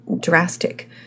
drastic